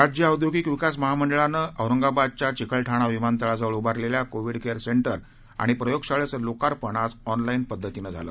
राज्य औद्योगिक विकास महामंडळानं औरंगाबादच्या चिकलठाणा विमानतळाजवळ उभारलेल्या कोविड केअर सेंदि आणि प्रयोगशाळेचं लोकार्पण आज ऑनलाईन पद्धतीनं झालं